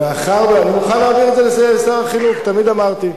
אני מוכן להעביר את זה לשר החינוך, תמיד אמרתי.